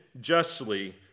justly